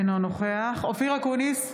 אינו נוכח אופיר אקוניס,